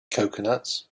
coconuts